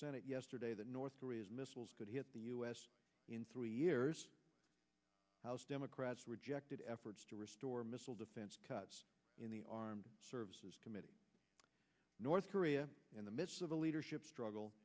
senate yesterday that north korea's missiles could hit the u s in three years house democrats rejected efforts to restore missile defense cuts in the armed services committee north korea in the midst of a leadership struggle